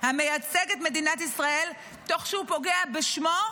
המייצג את מדינת ישראל תוך שהוא פוגע בשמו,